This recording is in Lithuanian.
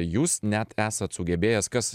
jūs net esat sugebėjęs kas